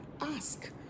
ask